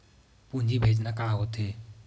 पूंजी भेजना का होथे?